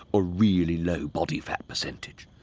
a really low body fat percentage,